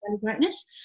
Greatness